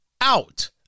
out